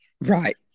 Right